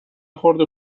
خورده